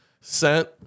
Sent